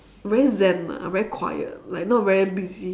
very zen lah very quiet like not very busy